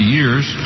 years